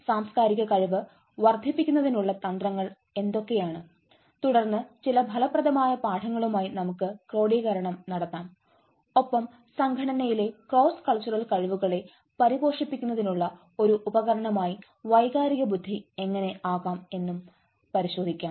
സാംസ്കാരിക കഴിവ് വർദ്ധിപ്പിക്കുന്നതിനുള്ള തന്ത്രങ്ങൾ എന്തൊക്കെയാണ് തുടർന്ന് ചില ഫലപ്രദമായ പാഠങ്ങളുമായി നമുക്ക് ക്രോഡീകരണം നടത്താം ഒപ്പം സംഘടനയിലെ ക്രോസ് കൾച്ചർ കഴിവുകളെ പരിപോഷിപ്പിക്കുന്നതിനുള്ള ഒരു ഉപകരണമായി വൈകാരിക ബുദ്ധി എങ്ങനെ ആകാം എന്നതും പരിശോധിക്കാം